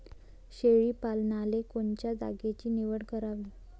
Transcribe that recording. शेळी पालनाले कोनच्या जागेची निवड करावी?